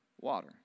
water